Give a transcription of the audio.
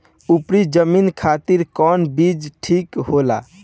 उपरी जमीन खातिर कौन बीज ठीक होला?